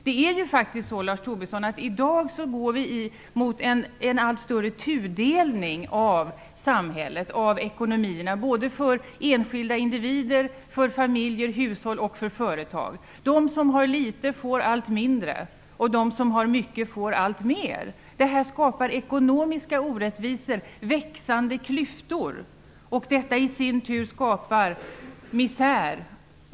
Det är ju faktiskt så, Lars Tobisson, att i dag går vi mot en allt större tudelning av samhället och av ekonomierna, både för enskilda individer, för familjer, för hushåll och för företag. De som har litet får allt mindre, och de som har mycket får allt mer. Detta skapar ekonomiska orättvisor och växande klyftor, och detta i sin tur skapar misär.